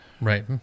Right